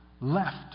left